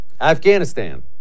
Afghanistan